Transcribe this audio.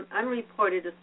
unreported